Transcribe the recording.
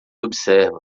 observa